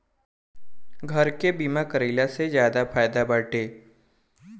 घर के बीमा कराइला से ज्यादे फायदा बाटे